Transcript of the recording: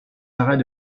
arrêts